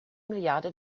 milliarde